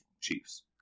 Chiefs